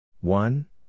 One